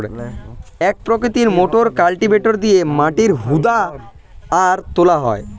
এক প্রকৃতির motor cultivator দিয়ে মাটি হুদা আর তোলা হয়